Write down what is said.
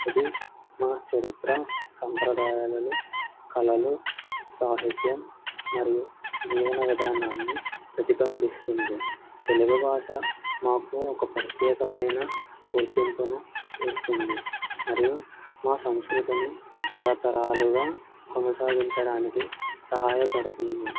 ఇది మా చరిత్ర సంప్రదాయాలలో కళలు సాహిత్యం మరియు జీవన విధానాన్ని ప్రతిబింబిస్తుంది తెలుగు భాష మాకు ఒక ప్రత్యేకమైన గుర్తింపును ఇస్తుంది మరియు మా సంస్కృతిని తరతరాలుగా కొనసాగించడానికి సహాయపడుతుంది